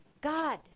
God